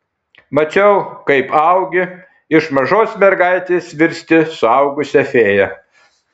mačiau kaip augi iš mažos mergaitės virsti suaugusia fėja